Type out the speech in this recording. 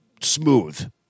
smooth